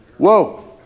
Whoa